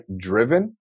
driven